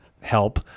help